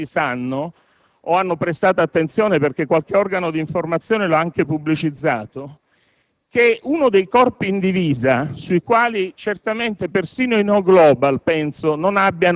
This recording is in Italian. Iervolino. In questa situazione è francamente difficile prendere la parola e dire qualcosa di significativo. La situazione è così